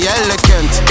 elegant